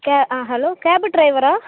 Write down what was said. K ஆ hello cab ட்ரைவரா